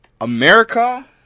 America